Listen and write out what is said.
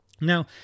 Now